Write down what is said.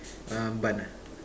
um bun ah